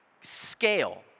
scale